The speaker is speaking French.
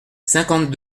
cinquante